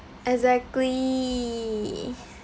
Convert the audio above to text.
exactly